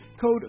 code